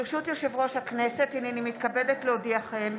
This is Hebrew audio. ברשות יושב-ראש הכנסת, הינני מתכבדת להודיעכם,